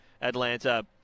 Atlanta